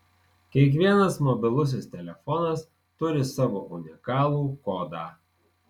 kiekvienas mobilusis telefonas turi savo unikalų kodą